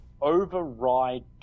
Override